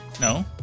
No